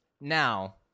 now